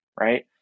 right